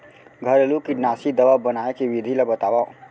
घरेलू कीटनाशी दवा बनाए के विधि ला बतावव?